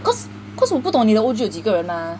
cause cause 我不懂你的屋有几个人 mah